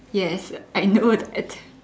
yes I know that